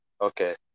Okay